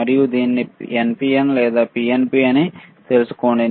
మరియు దీనిని NPN లేదా PNP అని తెలుసుకోండి